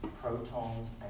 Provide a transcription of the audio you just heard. protons